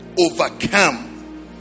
overcome